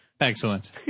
Excellent